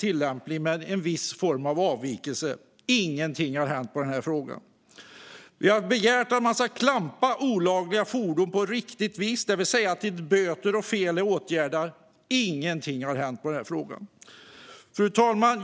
tillämpar - en viss avvikelse kan tolereras. Ingenting har hänt i den frågan. Vi har begärt att man ska klampa olagliga fordon på riktigt vis, det vill säga tills böter är betalda och fel är åtgärdade. Ingenting har hänt i den frågan. Fru talman!